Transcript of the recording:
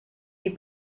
die